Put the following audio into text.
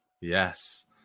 Yes